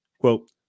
Quote